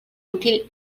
útil